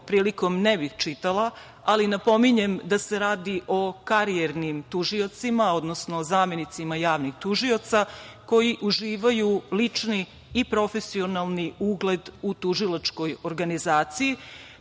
prilikom ne bih čitala, ali napominjem da se radi o karijernim tužiocima, odnosno zamenicima javnih tužioca, koji uživaju lični i profesionalni ugled u tužilačkoj organizaciji,